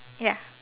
ya